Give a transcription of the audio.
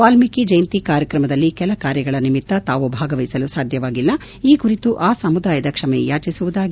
ವಾಲ್ಮೀಕಿ ಜಯಂತಿ ಕಾರ್ಯಕ್ರಮದಲ್ಲಿ ಕೆಲ ಕಾರ್ಯಗಳ ನಿಮಿತ್ತ ತಾವು ಭಾಗವಹಿಸಲು ಸಾಧ್ಯವಾಗಿಲ್ಲ ಈ ಕುರಿತು ಆ ಸಮುದಾಯದ ಕ್ಷಮೆಯಾಚಿಸುವುದಾಗಿ ಜಿ